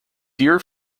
dear